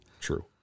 True